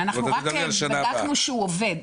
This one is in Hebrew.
אנחנו רק בדקנו שזה עובד.